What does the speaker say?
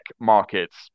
markets